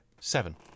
seven